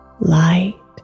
light